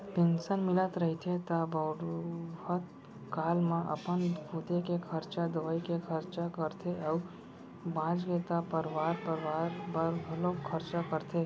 pension मिलत रहिथे त बुड़हत काल म अपन खुदे के खरचा, दवई के खरचा करथे अउ बाचगे त परवार परवार बर घलोक खरचा करथे